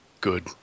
good